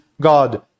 god